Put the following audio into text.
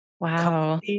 Wow